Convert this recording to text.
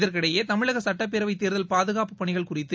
இதற்கிடையே தமிழக சுட்டப்பேரவை தேர்தல் பாதுகாப்புப் பணிகள் குறித்து